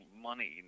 money